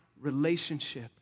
relationship